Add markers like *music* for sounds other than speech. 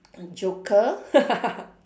joker *laughs*